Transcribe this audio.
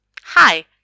hi